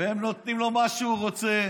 הם נותנים לו מה שהוא רוצה,